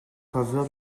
faveur